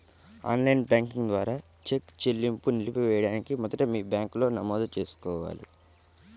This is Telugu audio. ఆన్ లైన్ బ్యాంకింగ్ ద్వారా చెక్ చెల్లింపును నిలిపివేయడానికి మొదట మీ బ్యాంకులో నమోదు చేసుకోవాలి